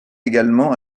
également